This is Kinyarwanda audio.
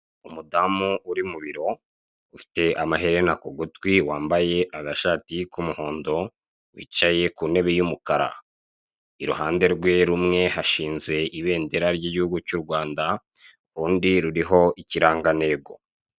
Umudamu uri mu biro ufite amaherena ku gutwi wambaye agashati k'umuhondo wicaye ku ntebe y'umukara. Iruhande rwe rumwe hashinje ibendera ry'igihugu cy'u Rwanda urundi ruriho ikirangantego.